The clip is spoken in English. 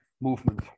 movement